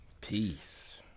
peace